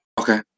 Okay